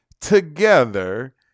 together